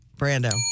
Brando